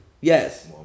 Yes